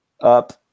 up